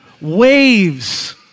waves